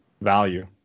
value